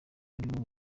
ariwe